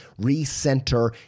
recenter